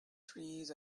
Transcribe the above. trees